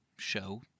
show